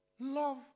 love